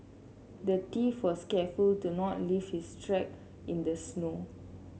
the thief was careful to not leave his tracks in the snow